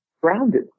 grounded